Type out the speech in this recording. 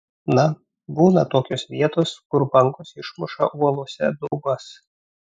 na būna tokios vietos kur bangos išmuša uolose daubas